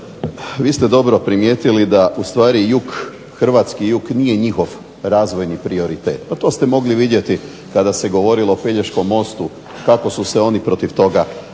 vi ste dobro primijetili da ustvari jug, hrvatski jug nije njihov razvojni prioritet. Pa to ste mogli vidjeti kada se govorilo o Pelješkom mostu kako su se oni protiv toga borili.